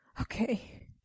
Okay